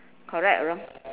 correct or wrong